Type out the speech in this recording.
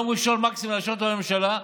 ביום ראשון מקסימום נאשר אותו בממשלה,